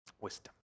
wisdom